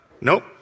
Nope